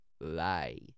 lie